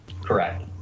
Correct